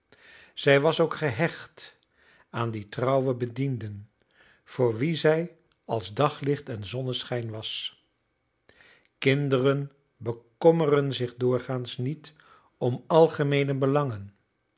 zij was ook gehecht aan die trouwe bedienden voor wie zij als daglicht en zonneschijn was kinderen bekommeren zich doorgaans niet om algemeene belangen